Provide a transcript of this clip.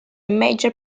major